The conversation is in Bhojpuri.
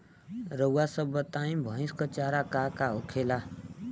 रउआ सभ बताई भईस क चारा का का होखेला?